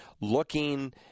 looking